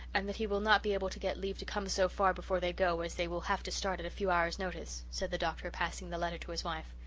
and that he will not be able to get leave to come so far before they go, as they will have to start at a few hours' notice, said the doctor, passing the letter to his wife.